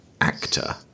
actor